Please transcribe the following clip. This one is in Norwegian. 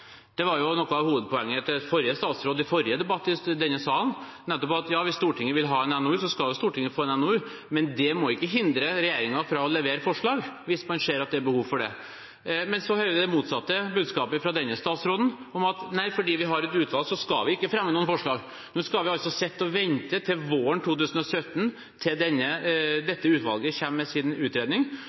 Det var noe av hovedpoenget til den forrige statsråden i den forrige debatten i denne salen – at hvis Stortinget vil ha en NOU, skal Stortinget få en NOU, men det må ikke hindre regjeringen fra å levere forslag hvis man ser at det er behov for det. Men så hører jeg det motsatte budskapet fra denne statsråden – at fordi vi har et utvalg, så skal vi ikke fremme noen forslag. Nå skal vi altså sitte og vente til våren 2017, når dette utvalget kommer med sin utredning.